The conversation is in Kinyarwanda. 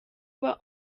uba